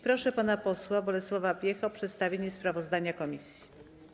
Proszę pana posła Bolesława Piechę o przedstawienie sprawozdania komisji.